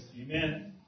Amen